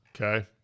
Okay